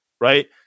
right